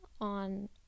on